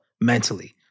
mentally